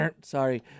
Sorry